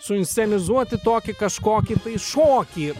suinscenizuoti tokį kažkokį tai šokį